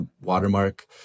watermark